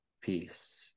peace